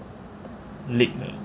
league 的